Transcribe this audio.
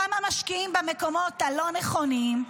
כמה משקיעים במקומות הלא-נכונים,